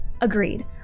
Agreed